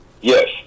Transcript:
Yes